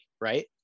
right